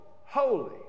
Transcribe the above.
holy